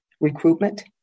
recruitment